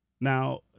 Now